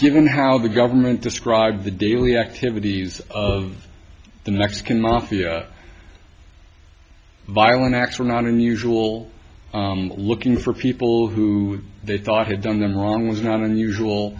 given how the government described the daily activities of the mexican mafia violent acts were not unusual looking for people who they thought had done them wrong is not unusual